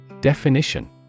Definition